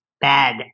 bad